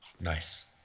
Nice